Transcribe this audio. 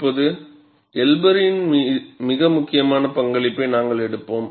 இப்போது எல்பரின்மிக முக்கியமான பங்களிப்பை நாங்கள் எடுப்போம்